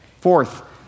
Fourth